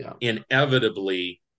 Inevitably